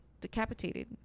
decapitated